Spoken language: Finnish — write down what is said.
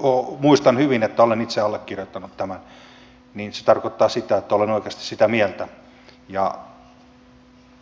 minä muistan hyvin että olen itse allekirjoittanut tämän ja se tarkoittaa sitä että olen oikeasti sitä mieltä ja